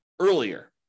earlier